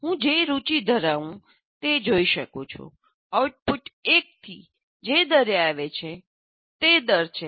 હું જે રુચિ ધરાવું છું તે હું જોઈ શકું છું આઉટપુટ 1 થી જે દરે આવે છે તે દર છે